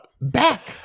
back